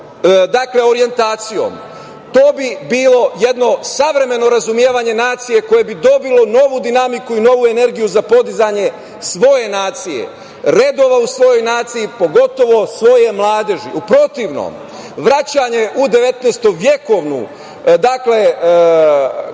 takvom orijentacijom to bi bilo jedno savremeno razumevanje nacije koje bi dobilo novu dinamiku i novu energiju za podizanje svoje nacije, redova u svojoj naciji, pogotovo svoje mladeži.U protivnom, vraćanje u devetnaestovekovnu